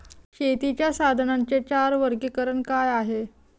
शेतीच्या साधनांचे चार वर्गीकरण काय आहे?